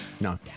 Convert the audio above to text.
No